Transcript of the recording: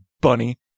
bunny